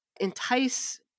entice